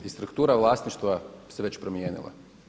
I struktura vlasništva se već promijenila.